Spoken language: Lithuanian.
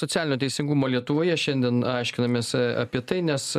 socialinio teisingumo lietuvoje šiandien aiškinamės apie tai nes